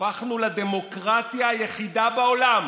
הפכנו לדמוקרטיה היחידה בעולם